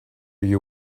you